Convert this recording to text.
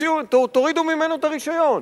תיקחו ממנו את הרשיון.